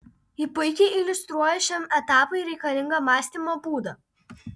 ji puikiai iliustruoja šiam etapui reikalingą mąstymo būdą